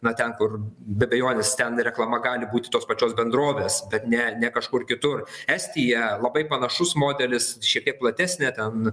na ten kur be abejonės ten reklama gali būti tos pačios bendrovės bet ne ne kažkur kitur estija labai panašus modelis šiek tiek platesnė ten